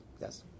Yes